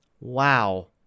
Wow